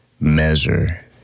Measure